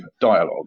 dialogue